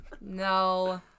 No